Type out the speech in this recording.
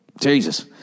Jesus